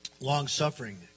Long-suffering